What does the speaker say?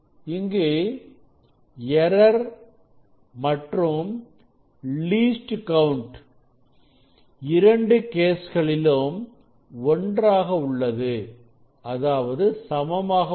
இங்கு எரர் மற்றும் least count இரண்டு கேஸ் களிலும் ஒன்றாக உள்ளது சமமாக உள்ளது